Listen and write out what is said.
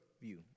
view